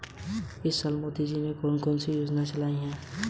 Down payment के लिए आपने कितनी बचत की है?